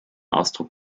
ausdruck